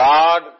God